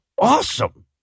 Awesome